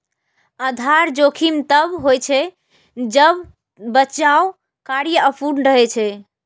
आधार जोखिम तब होइ छै, जब बचाव कार्य अपूर्ण रहै छै